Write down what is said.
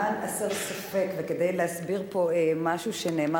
למען הסר ספק וכדי להסביר פה משהו שנאמר,